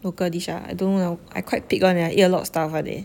local dish ah I don't know I quite pig [one] eh I eat a lot of stuff [one] eh